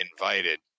invited